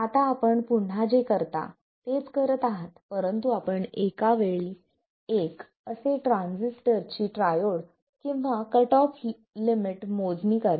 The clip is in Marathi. आता आपण पुन्हा जे करता तेच करत आहात परंतु आपण एका वेळी एक असे ट्रांझिस्टरची ट्रायोड किंवा कट ऑफ लिमिट मोजणी करता